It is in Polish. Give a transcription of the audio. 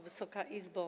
Wysoka Izbo!